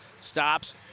Stops